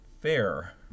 fair